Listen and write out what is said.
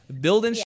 Building